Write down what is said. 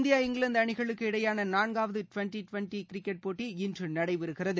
India இங்கிலாந்து அணிகளுக்கு இடையேயான நான்காவது டுவெண்டி டுவெண்டி கிரிக்கெட் போட்டி இன்று நடைபெறுகிறது